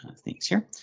kind of things here.